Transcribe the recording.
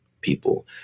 people